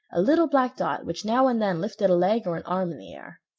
a little black dot which now and then lifted a leg or an arm in the air.